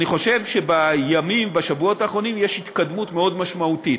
אני חושב שבימים ובשבועות האחרונים יש התקדמות מאוד משמעותית.